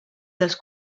dels